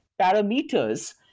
parameters